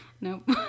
Nope